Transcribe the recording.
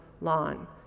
lawn